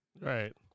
Right